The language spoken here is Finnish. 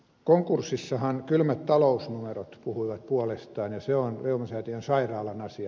konkurssissahan kylmät talousnumerot puhuivat puolestaan ja se on reumasäätiön sairaalan asia